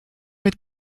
mit